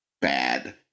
bad